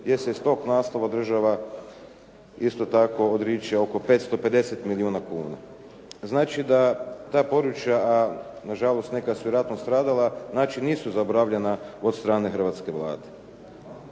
jer se iz tog naslova država isto tako odriče oko 550 milijuna kuna. Znači da ta područja, a na žalost neka su vjerojatno stradala, znači nisu zaboravljena od strane hrvatske Vlade.